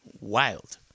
Wild